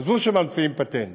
חשבו שממציאים פטנט,